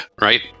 right